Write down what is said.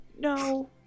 No